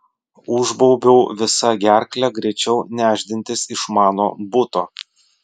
užbaubiau visa gerkle greičiau nešdintis iš mano buto